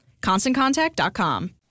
ConstantContact.com